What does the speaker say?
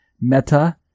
meta